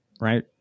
right